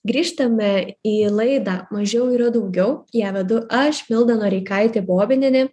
grįžtame į laidą mažiau yra daugiau ją vedu aš milda noreikaitė bobinienė